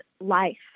life